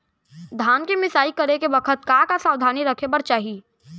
धान के मिसाई करे के बखत का का सावधानी रखें बर चाही?